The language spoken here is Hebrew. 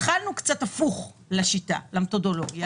התחלנו קצת הפוך לשיטה, למתודולוגיה.